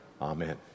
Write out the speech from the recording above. Amen